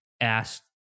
asked